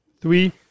three